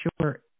sure